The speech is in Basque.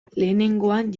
lehenengoan